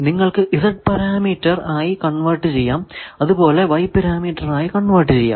നിങ്ങൾക്കു Z parameter ആയി convert ചെയ്യാം അത് പോലെ Y പാരാമീറ്റർ ആയി കൺവെർട് ചെയ്യാം